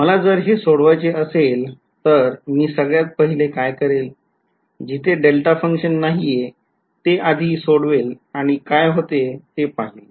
मला जर हे सोडवायचे असेल तर मी सगळ्यात पहिले काय करेल जिथे डेल्टा function नाहीये ते आधी सोडवेल आणि काय होते ते पाहील